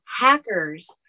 hackers